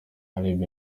caleb